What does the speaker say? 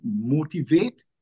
motivate